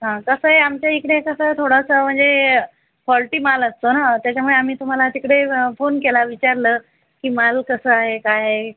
हा तसंही आमच्या इकडे कसं थोडंसं म्हणजे फॉल्टी माल असतो ना त्याच्यामुळे आम्ही तुम्हाला तिकडे फोन केला विचारलं की माल कसा आहे काय आहे